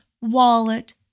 wallet